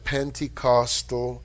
Pentecostal